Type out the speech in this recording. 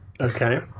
Okay